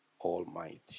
Almighty